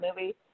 movie